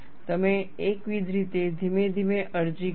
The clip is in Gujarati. તમે એકવિધ રીતે ધીમે ધીમે અરજી કરો